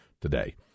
today